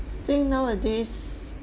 I think nowadays